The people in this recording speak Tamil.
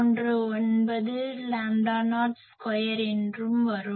119 லாம்டா நாட் ஸ்கொயர் என்று வரும்